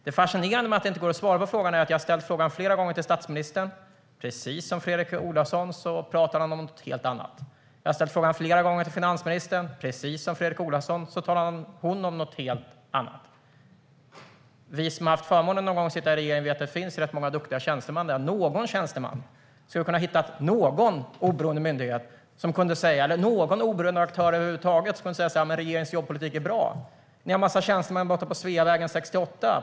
Det fascinerande med att det inte går att svara på frågan är att jag har ställt den flera gånger till såväl statsministern som finansministern, som båda då pratar om något helt annat, precis som Fredrik Olovsson. Vi som haft förmånen att någon gång sitta i regeringen vet att det finns rätt många duktiga tjänstemän där. Någon tjänsteman skulle väl ha kunnat hitta någon oberoende myndighet eller över huvud taget någon oberoende aktör som kunde säga att regeringens jobbpolitik är bra? Ni har en massa tjänstemän i partihögkvarteret på Sveavägen 68.